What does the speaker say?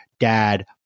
dad